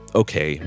okay